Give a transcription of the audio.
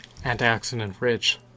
antioxidant-rich